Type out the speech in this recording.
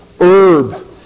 herb